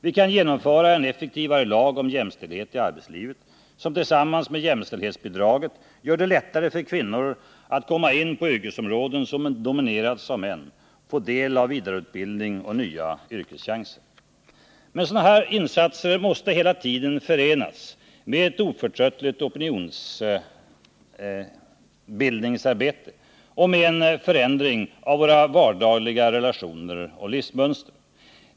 Vi kan genomföra en effektivare lag om jämställdhet i arbetslivet, som tillsammans med jämställdhetsbidraget gör det lättare för kvinnor att komma in på yrkesområden som dominerats av män, få del av vidareutbildning och nya yrkeschanser. Men sådana insatser måste hela tiden förenas med ett oförtröttligt opinionsbildningsarbete och med en förändring av våra vardagliga relationer och livsmönster.